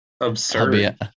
absurd